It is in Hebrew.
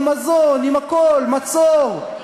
עם מזון, עם הכול, מצור.